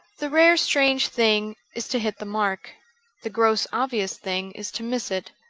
the rare strange thing is to hit the mark the gross obvious thing is to miss it.